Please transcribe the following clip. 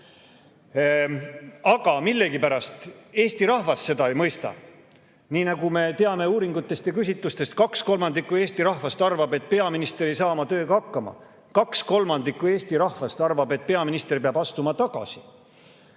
millegipärast seda ei mõista. Nii nagu me teame uuringutest ja küsitlustest, arvab kaks kolmandikku Eesti rahvast, et peaminister ei saa oma tööga hakkama. Kaks kolmandikku Eesti rahvast arvab, et peaminister peab astuma tagasi.